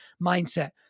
mindset